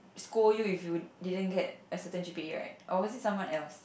scold you if you didn't get a certain G_P_A right or was it someone else